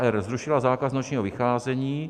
r) zrušila zákaz nočního vycházení;